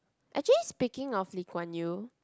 actually speaking of Lee-Kuan-Yew